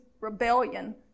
rebellion